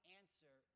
answer